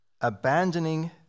abandoning